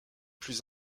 plus